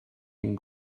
cyn